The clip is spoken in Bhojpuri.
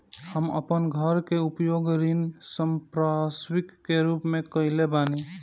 हम अपन घर के उपयोग ऋण संपार्श्विक के रूप में कईले बानी